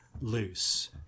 loose